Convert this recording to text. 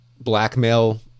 blackmail